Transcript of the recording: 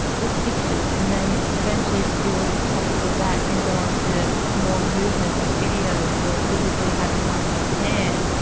just pictures. and then eventually if you feel comfortable with that you can go on to more movement, like videos, or physically having one in your hand.